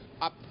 up